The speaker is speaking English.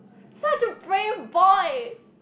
such a brave boy